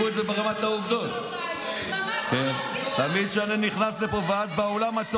ככה לדבר אל אישה